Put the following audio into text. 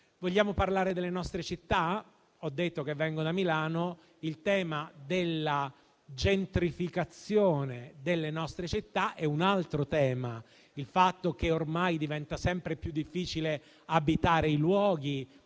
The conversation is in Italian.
Vogliamo parlare delle nostre città? Ho detto che vengo da Milano e un altro tema è quello della gentrificazione delle nostre città, il fatto che ormai diventa sempre più difficile abitare i luoghi,